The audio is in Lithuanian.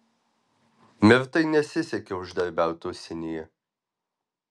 mirtai nesisekė uždarbiaut užsienyje